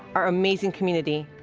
our amazing community.